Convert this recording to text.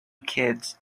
kids